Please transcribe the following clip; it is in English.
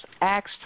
asked